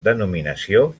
denominació